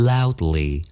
Loudly